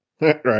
right